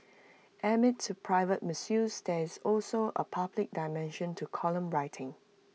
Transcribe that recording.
amid to private musings there is also A public dimension to column writing